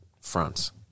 fronts